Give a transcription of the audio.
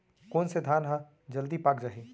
कोन से धान ह जलदी पाक जाही?